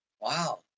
Wow